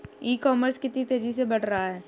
ई commerce कितनी तेजी से बढ़ रहा है?